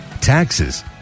taxes